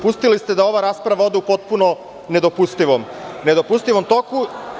Pustili ste da ova rasprava ode u potpuno nedopustivom toku.